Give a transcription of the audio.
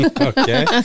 Okay